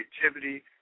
creativity